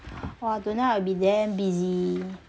!wah! tonight I will be damn busy